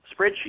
spreadsheet